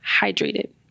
hydrated